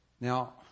Now